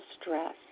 stress